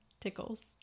tickles